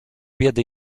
biedy